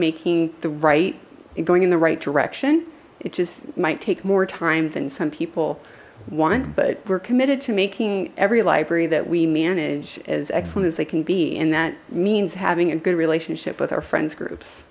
making the right and going in the right direction it just might take more time than some people want but we're committed to making every library that we manage as excellent as they can be and that means having a good relationship with our friends groups